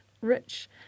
rich